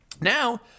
Now